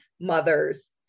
mothers